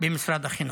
במשרד החינוך.